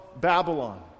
Babylon